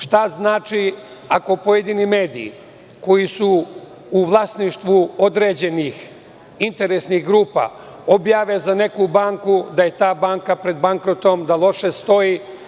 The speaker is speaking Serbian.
Šta znači ako pojedini mediji koji su u vlasništvu određenih interesnih grupa objave za neku banku da je ta banka pred bankrotom, da loše stoji.